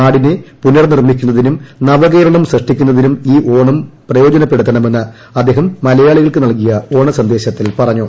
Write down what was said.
നാടിനെ പുനർ നിർമിക്കുന്നതിനും നവകേരളം സൃഷ്ടിക്കുന്നതിനും ഈ ഓണം പ്രയോജനപ്പെടുത്തണമെന്ന് അദ്ദേഹം മലയാളികൾക്ക് നൽകിയ ഓണസന്ദേശത്തിൽ പറഞ്ഞു